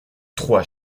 trois